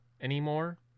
anymore